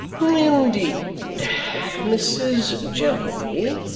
in-deed! mrs. jellyby,